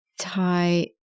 tie